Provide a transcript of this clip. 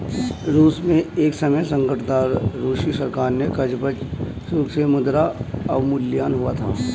रूस में एक समय संकट था, रूसी सरकार से कर्ज पर चूक से मुद्रा अवमूल्यन हुआ था